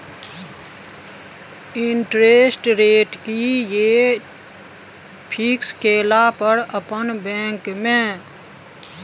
Interest rate कि ये fix केला पर अपन बैंक में?